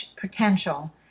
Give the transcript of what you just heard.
potential